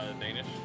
Danish